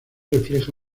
refleja